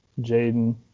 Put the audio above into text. Jaden